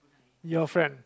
your friend